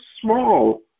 small